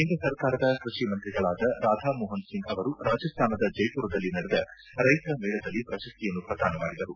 ಕೇಂದ್ರ ಸರ್ಕಾರ ಕೃಷಿ ಮಂತ್ರಿಗಳಾದ ರಾಧಾ ಮೋಹನ್ ಸಿಂಗ್ ಅವರು ರಾಜಾಸ್ತಾನದ ಜೈಮರದಲ್ಲಿ ನಡೆದ ರೈತಮೇಳದಲ್ಲಿ ಪ್ರಶಸ್ತಿಯನ್ನು ಪ್ರದಾನ ಮಾಡಿದರು